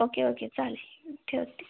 okay okay चालेल ठेवते